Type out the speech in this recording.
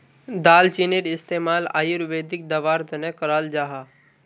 दालचीनीर इस्तेमाल आयुर्वेदिक दवार तने कराल जाहा